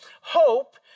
hope